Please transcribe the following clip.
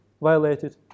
violated